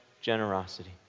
generosity